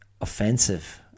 offensive